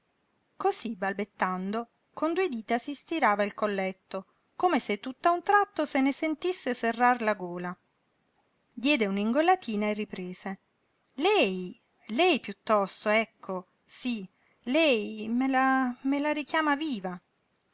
cosí balbettando con due dita si stirava il colletto come se tutt'a un tratto se ne sentisse serrar la gola diede un'ingollatina e riprese lei lei piuttosto ecco sí lei me la me la richiama viva